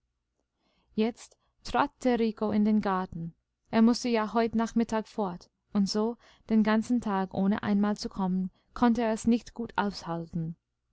jetzt trat der rico in den garten er mußte ja heut nachmittag fort und so den ganzen tag ohne einmal zu kommen konnte er's nicht gut aushalten